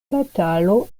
batalo